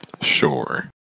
Sure